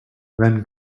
then